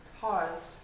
paused